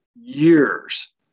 years